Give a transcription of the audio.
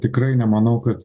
tikrai nemanau kad